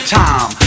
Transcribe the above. time